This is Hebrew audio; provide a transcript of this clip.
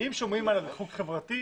אם שומרים על הריחוק החברתי,